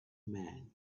man